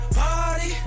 party